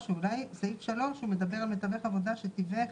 סעיף 3 מדבר על מתווך עבודה "שתיווך